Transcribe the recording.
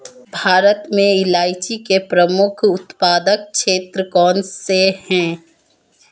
भारत में इलायची के प्रमुख उत्पादक क्षेत्र कौन से हैं?